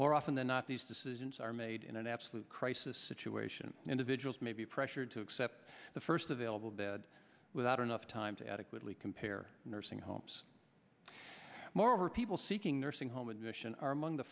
more often than not these decisions are made in an absolute crisis situation individuals may be pressured to accept the first available bed without enough time to adequately compare nursing homes moreover people seeking nursing home edition are among the